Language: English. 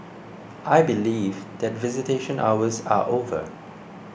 I believe that visitation hours are over